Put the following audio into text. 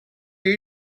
your